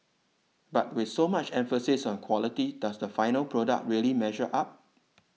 but with so much emphasis on quality does the final product really measure up